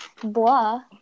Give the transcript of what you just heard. blah